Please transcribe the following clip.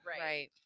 right